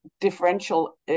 differential